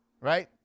right